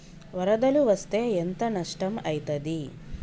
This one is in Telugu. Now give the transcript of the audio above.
వరదలు వస్తే ఎంత నష్టం ఐతది?